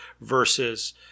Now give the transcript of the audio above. versus